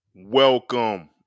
welcome